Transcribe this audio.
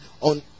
on